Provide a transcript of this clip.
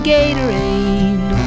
Gatorade